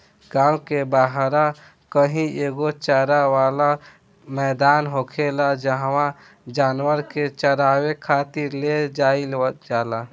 गांव के बाहरा कही एगो चारा वाला मैदान होखेला जाहवा जानवर के चारावे खातिर ले जाईल जाला